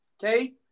Okay